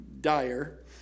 dire